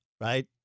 right